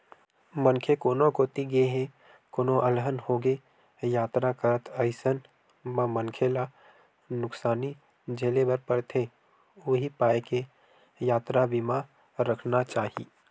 मनखे कोनो कोती गे हे कोनो अलहन होगे यातरा करत अइसन म मनखे ल नुकसानी झेले बर परथे उहीं पाय के यातरा बीमा रखना चाही